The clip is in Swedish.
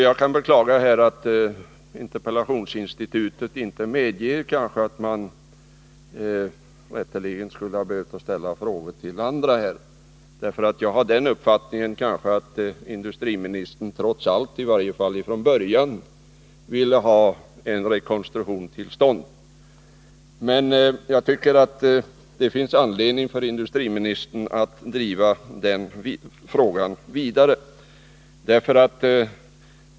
Jag beklagar att interpellationsinstitutet inte medger vad man rätteligen skulle ha behövt här, nämligen att ställa frågor också till de andra statsråden, eftersom jag har den uppfattningen att industriministern trots allt, i varje fall från början, ville få en rekonstruktion till stånd. Det finns anledning för industriministern att driva den frågan vidare.